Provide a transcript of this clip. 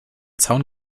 zaun